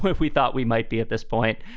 if we thought we might be at this point.